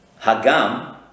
Hagam